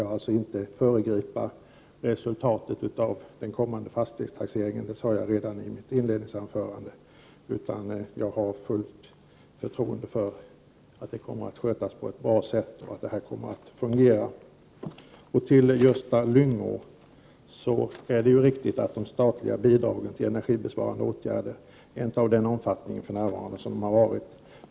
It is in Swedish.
Jag vill inte föregripa resultatet av den kommande s s Vi: ig fastighetstaxeringen, som jag sade redan i mitt inledningsanförande. Jag kan raså : E 3 bara säga att jag har fullt förtroende för dem som jobbar med detta. Arbetet är N8SIr0BOr kommer att skötas på ett bra sätt. Jag tror alltså att detta kommer att fungera. Det är riktigt, Gösta Lyngå, att de statliga bidragen till energibesparande åtgärder för närvarande inte är av samma omfattning som tidigare.